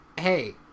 Hey